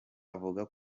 avuga